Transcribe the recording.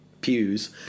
pews